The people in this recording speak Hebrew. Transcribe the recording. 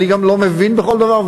אני גם לא מבין בכל דבר,